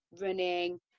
running